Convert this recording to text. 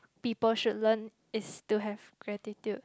people should learn is to have gratitude